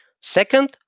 Second